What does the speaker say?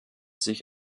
sich